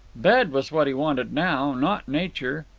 bed was what he wanted now, not nature.